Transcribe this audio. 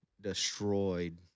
destroyed